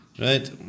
Right